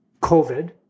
COVID